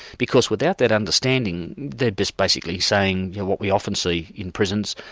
because without that understanding, they're just basically saying what we often see in prisons,